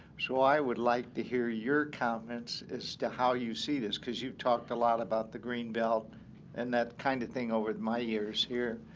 so i would like to hear your comments as to how you see this, because you've talked a lot about the greenbelt and that kind of thing over my years here.